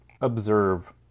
observe